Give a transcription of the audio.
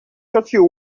churchill